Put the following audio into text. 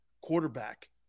quarterback